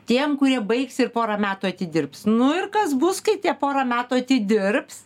tiem kurie baigs ir porą metų atidirbs nu ir kas bus kai tie porą metų atidirbs